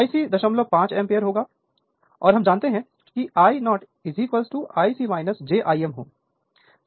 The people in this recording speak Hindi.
Ic 05 एम्पीयर होगा और हम जानते हैं कि I0 Ic jIm